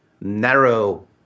narrow